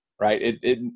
right